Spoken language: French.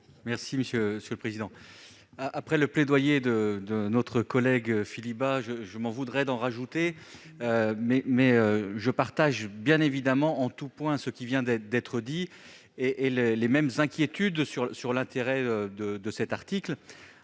explication de vote. Après le plaidoyer de notre collègue Philippe Bas, je m'en voudrais d'en rajouter. Je partage bien évidemment en tout point ce qui vient d'être dit, et j'ai les mêmes inquiétudes sur l'intérêt de cet article.